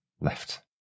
left